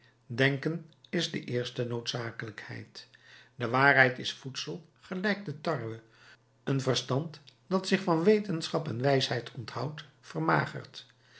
denken is de eerste noodzakelijkheid de waarheid is voedsel gelijk de tarwe een verstand dat zich van wetenschap en wijsheid onthoudt vermagert